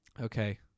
Okay